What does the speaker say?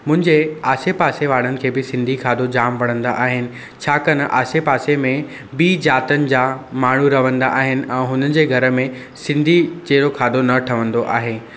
मुंहिंजे आसे पासे वारनि खे बि सिंधी खाधो जाम वणंदा आहिनि छाकणि आसे पासे में ॿी जातियुनि जा माण्हूं रहंदा आहिनि ऐं हुननि जे घर में सिंधी जहिड़ो खाधो न ठहंदो आहे